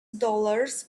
dollars